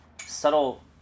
subtle